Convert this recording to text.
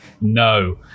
no